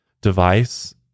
device